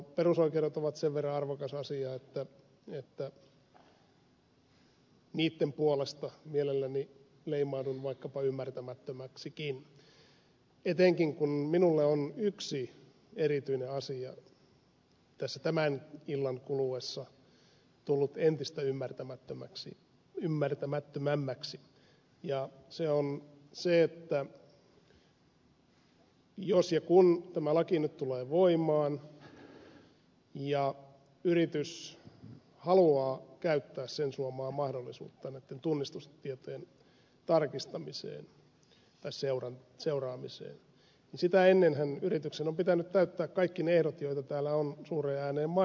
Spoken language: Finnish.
perusoikeudet ovat sen verran arvokas asia että niitten puolesta mielelläni leimaudun vaikkapa ymmärtämättömäksikin etenkin kun olen yhden erityisen asian suhteen tässä tämän illan kuluessa tullut entistä ymmärtämättömämmäksi ja se on se että jos ja kun tämä laki nyt tulee voimaan ja yritys haluaa käyttää sen suomaa mahdollisuutta näitten tunnistustietojen seuraamiseen niin sitä ennenhän yrityksen on pitänyt täyttää kaikki ne ehdot joita täällä on suureen ääneen mainostettu